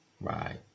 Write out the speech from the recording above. Right